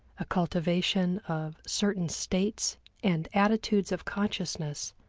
a cultivation of certain states and attitudes of consciousness,